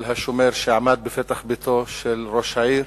כתמי הדם של השומר שעמד בפתח ביתו של ראש העיר,